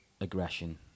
aggression